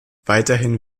weiterhin